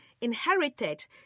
inherited